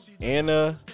Anna